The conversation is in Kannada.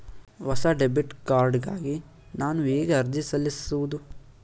ಹೊಸ ಡೆಬಿಟ್ ಕಾರ್ಡ್ ಗಾಗಿ ನಾನು ಹೇಗೆ ಅರ್ಜಿ ಸಲ್ಲಿಸುವುದು?